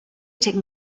taken